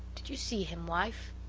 did you see him, wife?